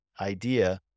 idea